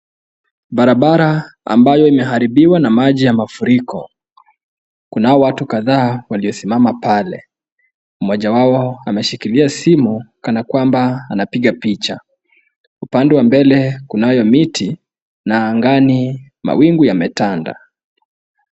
Barabara ambayo imeharibiwa na maji ya mafuriko. Kunao watu kadhaa waliosimama pale. Mmoja wao ameshikilia simu kana kwamba anapiga picha. Upande wa mbele kunayo miti na angani mawingu yametanda.